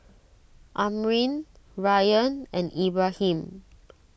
Amrin Ryan and Ibrahim